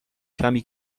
کمی